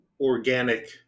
organic